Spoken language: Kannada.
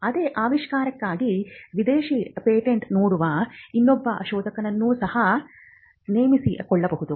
ಅದೇ ಆವಿಷ್ಕಾರಕ್ಕಾಗಿ ವಿದೇಶಿ ಪೇಟೆಂಟ್ ನೋಡುವ ಇನ್ನೊಬ್ಬ ಶೋಧಕನನ್ನು ಸಹ ನೇಮಿಸಿಕೊಳ್ಳಬಹುದು